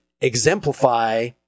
exemplify